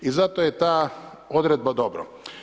I zato je ta odredba dobra.